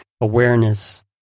awareness